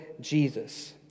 Jesus